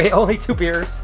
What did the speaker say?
yeah only two beers?